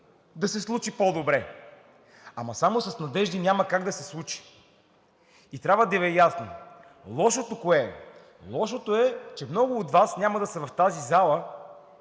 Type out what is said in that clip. да се случи по-добре. Ама само с надежди няма как да се случи. Трябва да Ви е ясно кое е лошото. Лошото е, че много от Вас няма да са в тази зала,